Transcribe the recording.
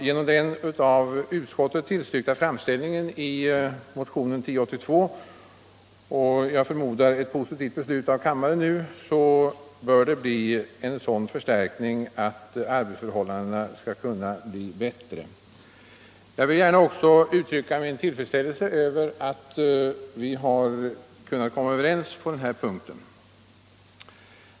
Genom den av utskottet tillstyrkta framställningen i motionen 1082 och genom ett som jag förmodar positivt beslut i kammaren bör det bli en sådan förstärkning att arbetsförhållandena skall kunna bli bättre. Jag vill gärna också uttrycka min tillfredsställelse över att vi har kunnat komma överens på den här punkten.